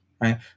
right